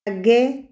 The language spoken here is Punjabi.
ਅੱਗੇ